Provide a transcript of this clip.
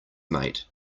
mate